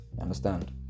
understand